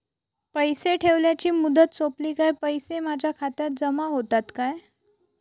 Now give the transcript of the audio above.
पैसे ठेवल्याची मुदत सोपली काय पैसे माझ्या खात्यात जमा होतात काय?